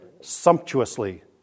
sumptuously